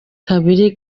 kabiri